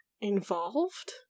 involved